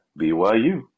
BYU